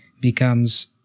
becomes